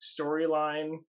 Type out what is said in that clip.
storyline